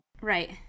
Right